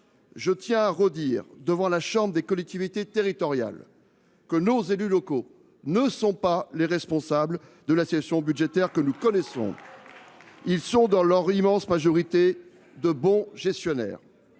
je tiens à redire devant la chambre des collectivités territoriales que nos élus locaux ne sont pas les responsables de la situation budgétaire que nous connaissons. C’est la faute de Le Maire ! Ils sont, dans leur immense majorité, de bons gestionnaires.